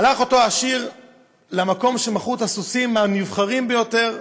הלך אותו עשיר למקום שמכרו בו את הסוסים הנבחרים ביותר,